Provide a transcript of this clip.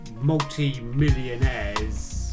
multi-millionaires